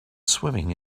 swimming